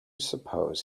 suppose